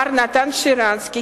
מר נתן שרנסקי,